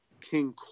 King